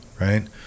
right